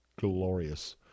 glorious